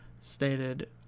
stated